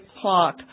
clock